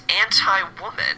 anti-woman